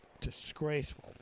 Disgraceful